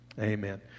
Amen